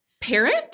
parent